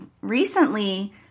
recently